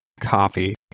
Coffee